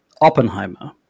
Oppenheimer